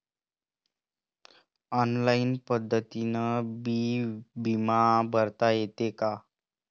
Online पद्धतीनं बी बिमा भरता येते का?